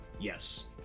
Yes